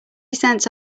cents